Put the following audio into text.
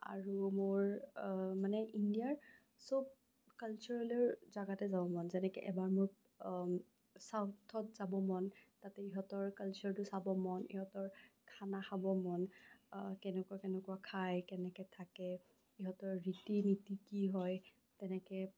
আৰু মোৰ মানে ইণ্ডিয়াৰ চব কাল্চাৰেলৰ জেগাত যাব মন যেনেকে এবাৰ মোৰ চাউথত যাবৰ মন তাতে সিহঁতৰ কাল্চাৰটো চাব মন সিহঁতৰ খানা খাব মন কেনেকুৱা কেনেকুৱা খায় কেনেকে থাকে সিহঁতৰ ৰীতি নীতি কি হয় তেনেকে